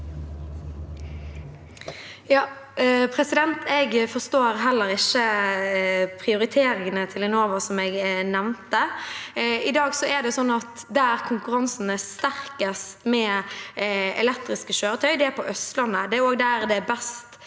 Jeg forstår heller ikke prioriteringene til Enova, som jeg nevnte. I dag er det sånn at der konkurransen er sterkest om elektriske kjøretøy, er på Østlandet.